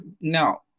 now